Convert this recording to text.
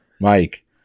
Mike